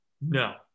No